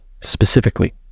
specifically